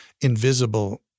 invisible